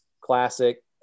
classic